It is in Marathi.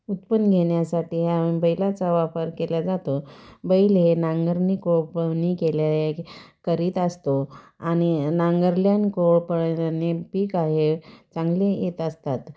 उत्पन्न घेण्यासाठी बैलाचा वापर केला जातो बैल हे नांगरणी कोळपणी केल्या करीत असतो आणि नांगरल्याने कोळपणे पीक आहे चांगले येत असतात